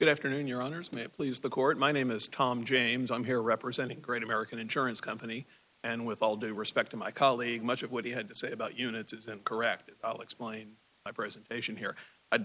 good afternoon your owners may please the court my name is tom james i'm here representing great american insurance company and with all due respect to my colleague much of what he had to say about units and corrected i'll explain my presentation here